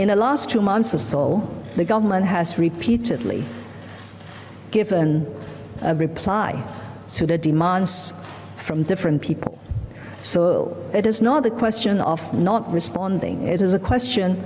in the last two months or so the government has repeatedly given a reply to the demands from different people so it is not a question off not responding it is a question